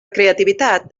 creativitat